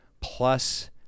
plus